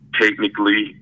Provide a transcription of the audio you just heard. technically